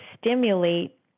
stimulate